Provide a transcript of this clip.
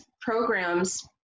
programs